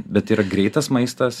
bet yra greitas maistas